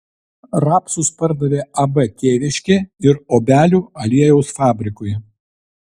rapsus pardavė ab tėviškė ir obelių aliejaus fabrikui